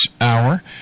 hour